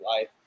life